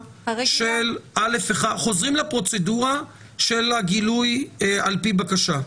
ואז חוזרים לפרוצדורה של הגילוי על פי בקשה.